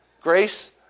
Grace